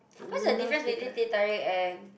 what's the difference between teh tarik and